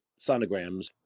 sonograms